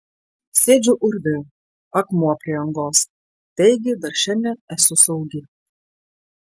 sėdžiu urve akmuo prie angos taigi dar šiandien esu saugi